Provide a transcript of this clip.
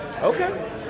Okay